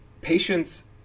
patients